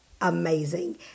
amazing